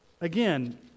Again